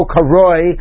Karoi